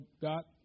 got